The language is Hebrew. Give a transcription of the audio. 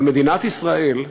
אבל מדינת ישראל,